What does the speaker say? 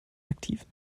aktiven